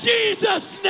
Jesus